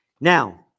Now